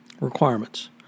requirements